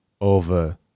over